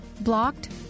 Blocked